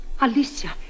Alicia